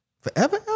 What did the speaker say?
Forever